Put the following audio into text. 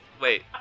Wait